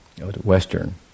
Western